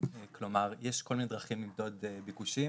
כלומר, יש כל מיני דרכים למדוד ביקושים.